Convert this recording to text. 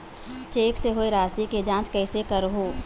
Cheque से होए राशि के जांच कइसे करहु?